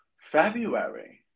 February